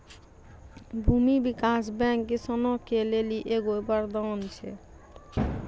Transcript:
भूमी विकास बैंक किसानो के लेली एगो वरदान छै